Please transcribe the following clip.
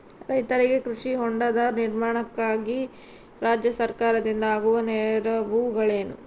ರೈತರಿಗೆ ಕೃಷಿ ಹೊಂಡದ ನಿರ್ಮಾಣಕ್ಕಾಗಿ ರಾಜ್ಯ ಸರ್ಕಾರದಿಂದ ಆಗುವ ನೆರವುಗಳೇನು?